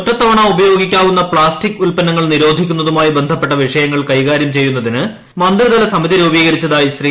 ഒറ്റത്തവണ ഉപയോഗിക്കുന്ന പ്ലാസ്റ്റിക് ഉൽപ്പന്നങ്ങൾ നിരോധിക്കുന്നതുമായി ബന്ധപ്പെട്ട വിഷയങ്ങൾ കൈകാര്യം ചെയ്യുന്നതിന് മന്ത്രിതല സമിതി രൂപീകരിച്ചതായി ശ്രീ